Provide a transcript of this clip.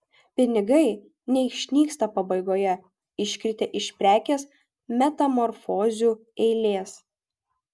pinigai neišnyksta pabaigoje iškritę iš prekės metamorfozių eilės